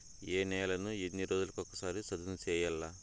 ఏ నేలను ఎన్ని రోజులకొక సారి సదును చేయల్ల?